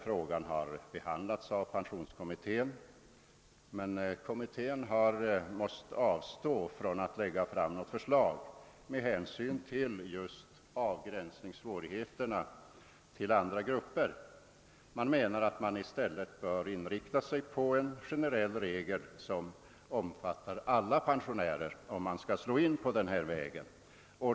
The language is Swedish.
Frågan har behandlats av pensionsförsäkringskommittén, men denna har måst avstå från att lägga fram något förslag med hänsyn just till avgränsningssvårigheterna i förhållande till andra grupper. Kommittén menar att man i stället bör inrikta sig på en generell regel som omfattar alla folkpensionärer, om man skall slå in på denna väg.